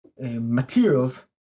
materials